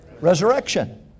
resurrection